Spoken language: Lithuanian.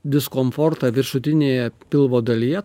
diskomfortą viršutinėje pilvo dalyje